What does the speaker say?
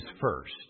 first